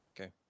Okay